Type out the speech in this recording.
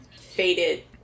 faded